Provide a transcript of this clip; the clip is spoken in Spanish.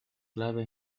clave